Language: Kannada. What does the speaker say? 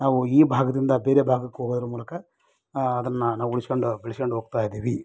ನಾವು ಈ ಭಾಗದಿಂದ ಬೇರೆ ಭಾಗಕ್ಕೆ ಹೋಗೋದ್ರ ಮೂಲಕ ಆ ಅದನ್ನು ನಾವು ಉಳ್ಸ್ಕೊಂಡು ಬೆಳ್ಸ್ಕ್ಯಂಡು ಹೋಗ್ತಾಯಿದ್ದೀವಿ